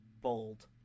Bold